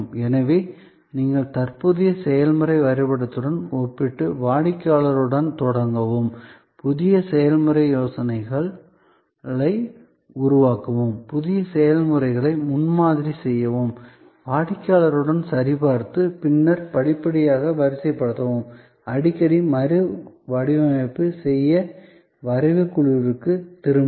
எனவே நீங்கள் தற்போதைய செயல்முறை வரைபடத்துடன் ஒப்பிட்டு வாடிக்கையாளருடன் தொடங்கவும் புதிய செயல்முறை யோசனைகளை உருவாக்கவும் புதிய செயல்முறைகளை முன்மாதிரி செய்யவும் வாடிக்கையாளருடன் சரிபார்த்து பின்னர் படிப்படியாக வரிசைப்படுத்தவும் அடிக்கடி மறுவடிவமைப்பு செய்ய வரைவு குழுவிற்கு திரும்பவும்